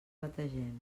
bategem